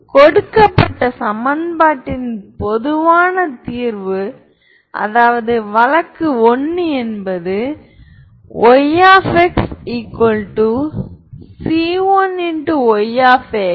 இதை சரிபார்க்க இடது பக்கத்துடன் தொடங்குவோம் L